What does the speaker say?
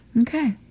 Okay